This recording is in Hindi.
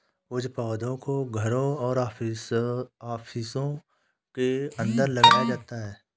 कुछ पौधों को घरों और ऑफिसों के अंदर लगाया जाता है